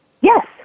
Yes